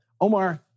Omar